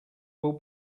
will